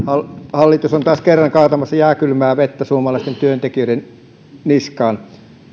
hallitus on taas kerran kaatamassa jääkylmää vettä suomalaisten työntekijöiden niskaan